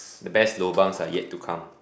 the best lobangs are yet to come